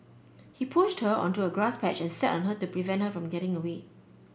he pushed her onto a grass patch and sat on her to prevent her from getting away